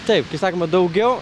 taip kai sakoma daugiau